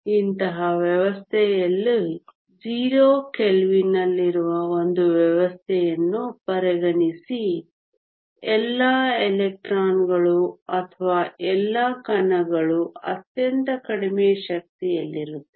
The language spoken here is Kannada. ಇಂತಹ ವ್ಯವಸ್ಥೆಯಲ್ಲಿ 0 ಕೆಲ್ವಿನ್ನಲ್ಲಿರುವ ಒಂದು ವ್ಯವಸ್ಥೆಯನ್ನು ಪರಿಗಣಿಸಿ ಎಲ್ಲಾ ಎಲೆಕ್ಟ್ರಾನ್ಗಳು ಅಥವಾ ಎಲ್ಲಾ ಕಣಗಳು ಅತ್ಯಂತ ಕಡಿಮೆ ಶಕ್ತಿಯಲ್ಲಿರುತ್ತವೆ